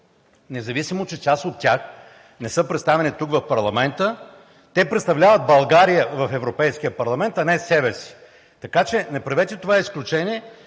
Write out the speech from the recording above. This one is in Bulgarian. Независимо че част от тях не са представени тук, в парламента, те представляват България в Европейския парламент, а не себе си. Така че не правете това изключение.